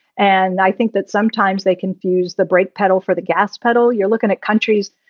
and i think that sometimes they confuse the brake pedal for the gas pedal. you're looking at countries,